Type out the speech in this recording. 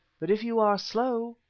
but if you are slow,